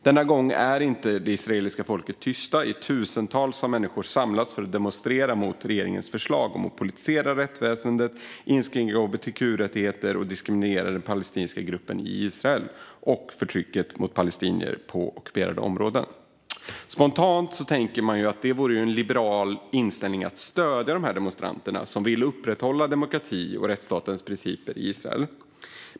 Denna gång är inte det israeliska folket tyst. I tusentals har människor samlats för att demonstrera mot regeringens förslag om att politisera rättsväsendet, inskränka hbtq-rättigheter, diskriminera den palestinska gruppen i Israel och fortsätta förtrycket mot palestinier på ockuperade områden. Spontant tänker man att det vore en liberal inställning att stödja demonstranterna som vill upprätthålla demokrati och rättsstatens principer i Israel.